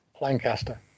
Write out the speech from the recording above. Lancaster